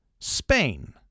spain